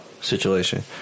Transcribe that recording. situation